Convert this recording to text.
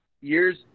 years